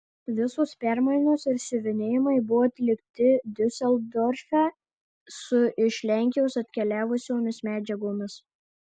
visos permainos ir siuvinėjimai buvo atlikti diuseldorfe su iš lenkijos atkeliavusiomis medžiagomis